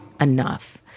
enough